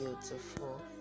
beautiful